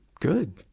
good